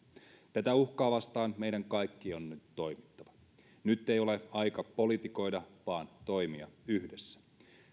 tätä uhkaa vastaan meidän kaikkien on nyt toimittava nyt ei ole aika politikoida vaan toimia yhdessä